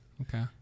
Okay